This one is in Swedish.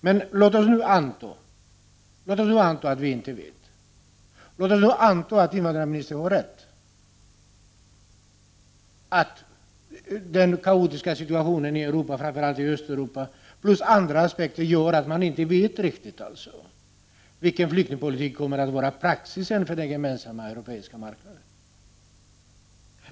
Men låt oss anta att vi inte vet, låt oss anta att invandrarministern har rätt i att den kaotiska situationen i Europa, framför allt i Östeuropa, och en del andra saker gör att man inte riktigt vet vilken flyktingpolitik som kommer = Prot. 1989/90:29 att bli praxis för den gemensamma europeiska marknaden.